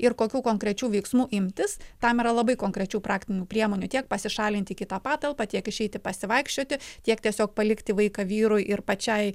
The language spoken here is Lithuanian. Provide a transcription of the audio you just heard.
ir kokių konkrečių veiksmų imtis tam yra labai konkrečių praktinių priemonių tiek pasišalinti į kitą patalpą tiek išeiti pasivaikščioti tiek tiesiog palikti vaiką vyrui ir pačiai